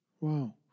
Wow